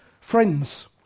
friends